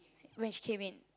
when she came in